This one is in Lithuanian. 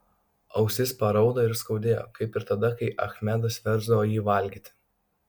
ausis paraudo ir skaudėjo kaip ir tada kai achmedas versdavo jį valgyti